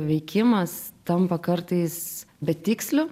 veikimas tampa kartais betiksliu